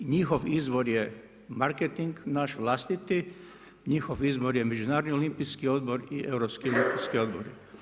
Njihov izvor je marketing, naš vlastiti, njihov izvor je Međunarodni olimpijski odbor i Europski olimpijski odbor.